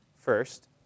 first